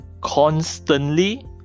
constantly